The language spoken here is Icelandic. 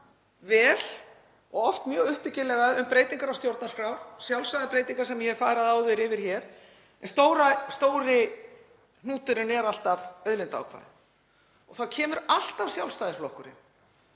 vel og oft mjög uppbyggilega um breytingar á stjórnarskrá, sjálfsagðar breytingar sem ég hef farið áður yfir hér, þá er stóri hnúturinn alltaf auðlindaákvæðið. Þá kemur alltaf Sjálfstæðisflokkurinn